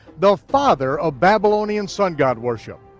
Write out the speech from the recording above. the father of babylonian sun-god worship.